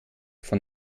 von